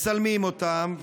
מצלמים אותם,